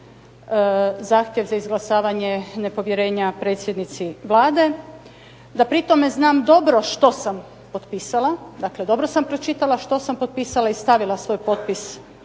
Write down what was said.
zahtjev za izglasavanje nepovjerenja predsjednici Vlade, da pritom znam dobro što sam potpisala, dakle dobro sam pročitala što sam potpisala i stavila svoj potpis